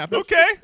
Okay